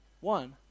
One